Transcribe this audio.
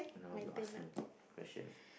now you ask me question